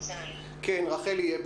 בבקשה, רחלי אברמזון.